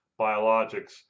biologics